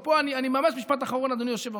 ופה, ממש משפט אחרון, אדוני היושב-ראש.